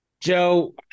Joe